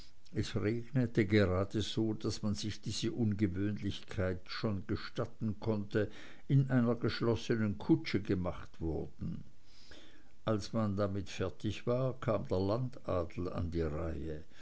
es regnete gerade so daß man sich diese ungewöhnlichkeit schon gestatten konnte in einer geschlossenen kutsche gemacht wurden als man damit fertig war kam der landadel an die reihe